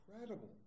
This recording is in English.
incredible